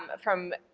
um from